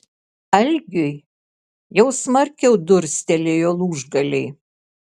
algiui jau smarkiau durstelėjo lūžgaliai